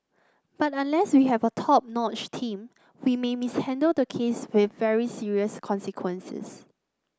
but unless we have a top notch team we may mishandle the case with very serious consequences